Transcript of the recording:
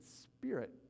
spirit